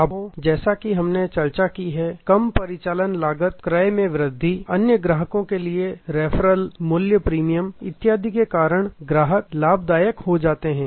लाभों जैसा कि हमने चर्चा की है कम परिचालन लागत क्रय में वृद्धि अन्य ग्राहकों के लिए रेफरल मूल्य प्रीमियम इत्यादि के कारण ग्राहक लाभदायक हो जाते हैं